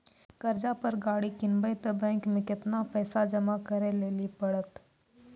कर्जा पर गाड़ी किनबै तऽ बैंक मे केतना पैसा जमा करे लेली पड़त?